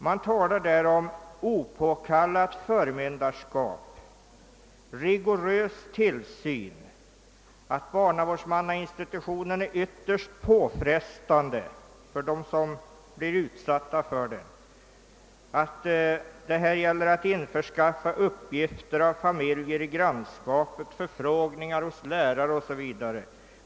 Man talar där om opåkallat förmynderskap, rigorös tillsyn, att barnavårdsmannainstitutionen är ytterst påfrestande för den som blir utsatt för den, att det införskaffas uppgifter av familjer i grannskapet, förfrågningar hos lärare o.s.v.